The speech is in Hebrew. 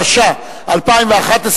התשע"א 2011,